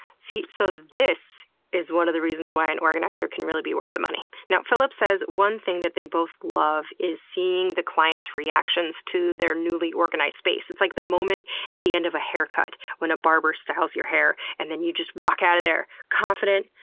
see, so this is one of the reasons why an organizer can really be worth the money. now, filip says one thing that they both love is seeing the clients' reactions to their newly organized space. it's like the moment at the end of a haircut, when a barber styles your hair and then you walk out of there confident,